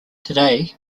today